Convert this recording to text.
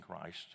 Christ